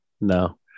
no